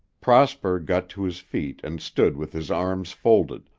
prosper got to his feet and stood with his arms folded,